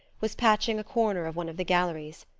was patching a corner of one of the galleries.